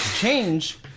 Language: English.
change